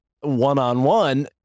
one-on-one